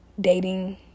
dating